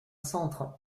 centre